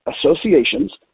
associations